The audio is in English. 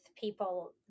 people